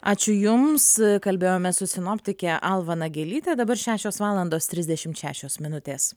ačiū jums kalbėjome su sinoptike alva nagelytė dabar šešios valandos trisdešimt šešios minutės